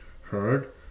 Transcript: heard